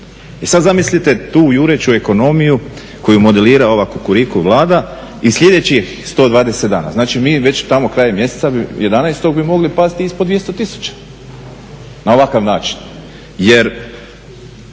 I sad zamislite tu jureću ekonomiju koju modelira ova Kukuriku vlada i sljedećih 120 dana, znači mi već tamo krajem mjeseca 11 bi mogli pasti ispod 200 tisuća na ovakav način.